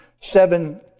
seven